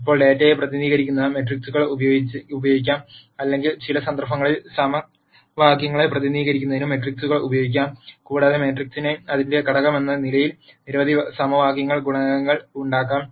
ഇപ്പോൾ ഡാറ്റയെ പ്രതിനിധീകരിക്കുന്നതിന് മെട്രിക്സുകൾ ഉപയോഗിക്കാം അല്ലെങ്കിൽ ചില സന്ദർഭങ്ങളിൽ സമവാക്യങ്ങളെ പ്രതിനിധീകരിക്കുന്നതിനും മെട്രിക്സുകൾ ഉപയോഗിക്കാം കൂടാതെ മാട്രിക്സിന് അതിന്റെ ഘടകമെന്ന നിലയിൽ നിരവധി സമവാക്യങ്ങളിൽ ഗുണകങ്ങൾ ഉണ്ടാകാം